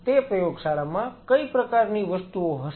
તે પ્રયોગશાળામાં કઈ પ્રકારની વસ્તુઓ હશે